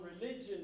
religion